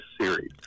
series